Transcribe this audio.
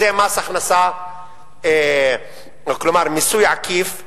זה מס הכנסה, כלומר מיסוי עקיף רגרסיבי,